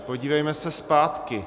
Podívejme se zpátky.